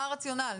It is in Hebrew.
מה הרציונל?